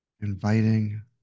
Inviting